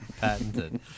patented